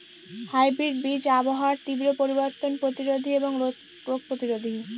hybrid বীজ আবহাওয়ার তীব্র পরিবর্তন প্রতিরোধী এবং রোগ প্রতিরোধী